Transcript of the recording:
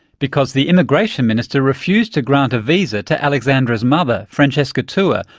because the immigration minister refused to grant a visa to alexandra's mother, francesca teua,